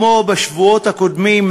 כמו בשבועות הקודמים,